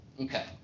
okay